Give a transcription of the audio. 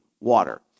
water